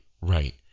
right